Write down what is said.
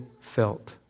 felt